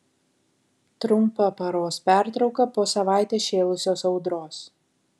trumpa paros pertrauka po savaitę šėlusios audros